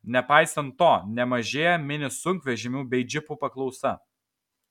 nepaisant to nemažėja mini sunkvežimių bei džipų paklausa